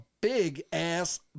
big-ass